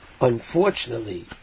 unfortunately